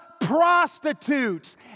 prostitutes